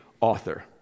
author